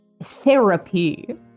therapy